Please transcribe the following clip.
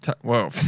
Whoa